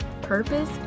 purpose